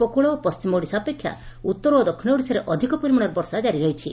ଉପକକଳ ଓ ପଣ୍ଟିମ ଓଡ଼ିଶା ଅପେକ୍ଷା ଉତ୍ତର ଓ ଦକ୍ଷିଣ ଓଡ଼ିଶାରେ ଅଧିକ ପରିମାଣର ବର୍ଷା ଜାରି ରହିଛି